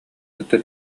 кытта